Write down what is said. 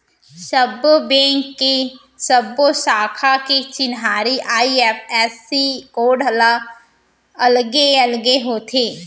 सब्बो बेंक के सब्बो साखा के चिन्हारी आई.एफ.एस.सी कोड ह अलगे अलगे होथे